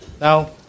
Now